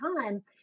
time